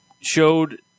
showed